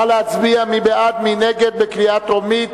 נא להצביע, מי בעד ומי נגד, בקריאה טרומית?